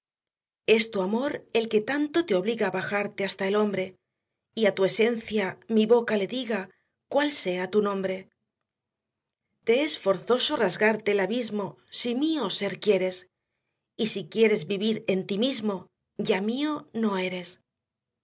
es tu amor el que tanto te obliga bajarte hasta el hombre y á tu esencia mi boca le diga cual sea tu nombre te es forzoso rasgarte el abismo si mío ser quieres y si quieres vivir en tí mismo ya mío no eres